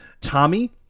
Tommy